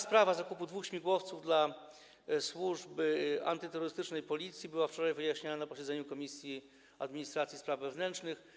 Sprawa zakupu dwóch śmigłowców dla służby antyterrorystycznej Policji była wczoraj wyjaśniana na posiedzeniu Komisji Administracji i Spraw Wewnętrznych.